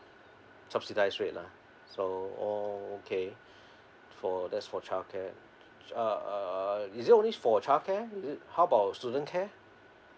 subsidized rate lah so oh okay for that's for childcare uh uh uh is it only for childcare how about student care